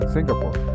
Singapore